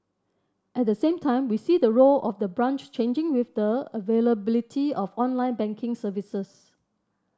at the same time we see the role of the branch changing with the availability of online banking services